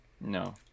No